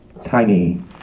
tiny